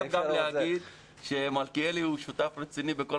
אני חייב גם להגיד שמלכיאלי הוא שותף רציני בכל